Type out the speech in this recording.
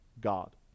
God